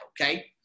Okay